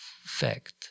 fact